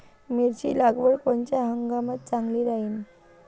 मिरची लागवड कोनच्या हंगामात चांगली राहीन?